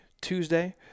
Tuesday